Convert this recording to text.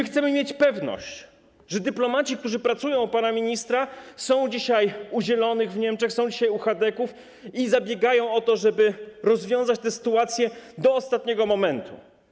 Chcemy mieć pewność, że dyplomaci, którzy pracują u pana ministra, są dzisiaj u Zielonych w Niemczech, są dzisiaj u chadeków i zabiegają o to, żeby rozwiązać tę sytuację do ostatniego momentu.